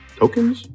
tokens